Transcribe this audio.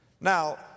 Now